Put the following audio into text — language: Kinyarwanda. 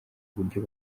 uburyo